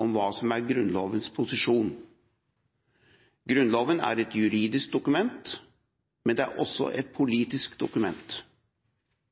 av hva som er Grunnlovens posisjon. Grunnloven er et juridisk dokument, men den er også et